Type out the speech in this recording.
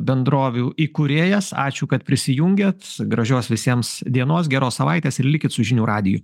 bendrovių įkūrėjas ačiū kad prisijungėt gražios visiems dienos geros savaitės ir likit su žinių radiju